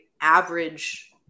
average